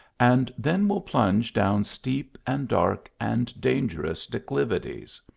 and then will plunge down steep and dark and dangerous declivities.